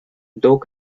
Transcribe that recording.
though